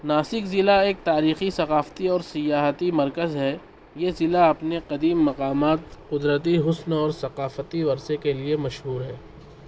ناسک ضلع ايک تاریخی ثقافتی اور سياحتى مركز ہے یہ ضلع اپنے قديم مقامات قدرتی حسن اور ثقافتى ورثہ کے لیے مشہور ہے